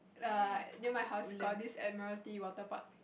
ya near my house got this Admiralty Water Park